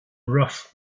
rough